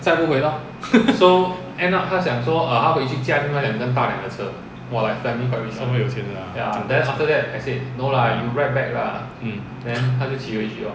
so 他们有钱的 lah